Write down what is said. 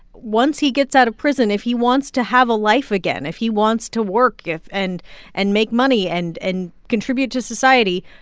once he gets out of prison, if he wants to have a life again, if he wants to work and and make money and and contribute to society,